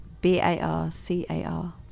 B-A-R-C-A-R